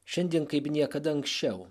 šiandien kaip niekada anksčiau